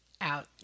out